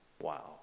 Wow